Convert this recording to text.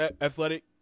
athletic